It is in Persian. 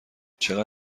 چقدر